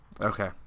Okay